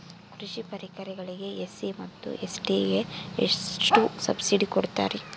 ಕೃಷಿ ಪರಿಕರಗಳಿಗೆ ಎಸ್.ಸಿ ಮತ್ತು ಎಸ್.ಟಿ ಗೆ ಎಷ್ಟು ಸಬ್ಸಿಡಿ ಕೊಡುತ್ತಾರ್ರಿ?